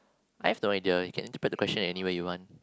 I have no idea you can interpret the question in any way you want